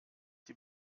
die